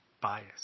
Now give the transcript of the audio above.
bias